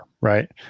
right